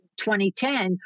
2010